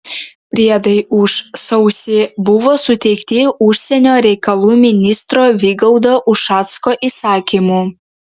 priedai už sausį buvo suteikti užsienio reikalų ministro vygaudo ušacko įsakymu